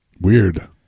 Weird